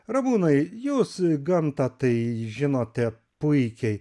ramūnai jūs gamtą tai žinote puikiai